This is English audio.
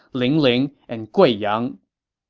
lingling, and guiyang.